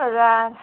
हजार